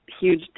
huge